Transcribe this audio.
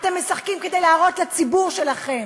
אתם משחקים כדי להראות לציבור שלכם.